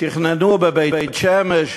תכננו בבית-שמש,